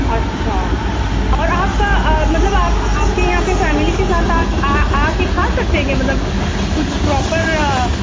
اچھا اور آپ کا آ مطلب آپ آپ کے یہاں پہ فیملی کے ساتھ آ آ کے کھا سکتے ہیں کیا مطلب کچھ پراپر